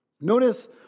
Notice